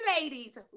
ladies